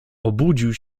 obudził